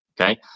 Okay